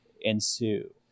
ensue